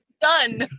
done